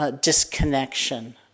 disconnection